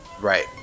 right